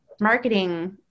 marketing